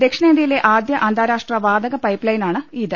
ദക്ഷിണേഷ്യയിലെ ആദ്യ അന്താരാഷ്ട്ര വാതക പൈപ്പ്ലൈനാണ് ഇത്